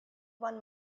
one